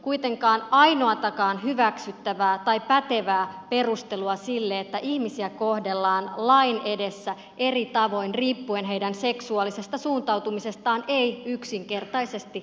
kuitenkaan ainoatakaan hyväksyttävää tai pätevää perustelua sille että ihmisiä kohdellaan lain edessä eri tavoin riippuen heidän seksuaalisesta suuntautumisestaan ei yksinkertaisesti ole